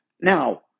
Now